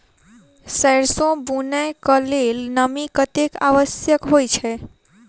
सैरसो बुनय कऽ लेल नमी कतेक आवश्यक होइ छै?